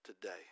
today